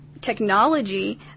technology